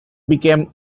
became